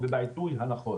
ובעיתוי הנכון.